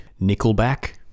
Nickelback